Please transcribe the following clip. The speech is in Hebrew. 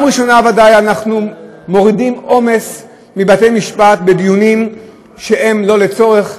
דבר ראשון אנחנו ודאי מורידים עומס מבתי-משפט בדיונים שהם לא לצורך,